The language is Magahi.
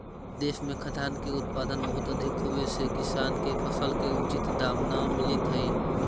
देश में खाद्यान्न के उत्पादन बहुत अधिक होवे से किसान के फसल के उचित दाम न मिलित हइ